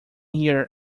hear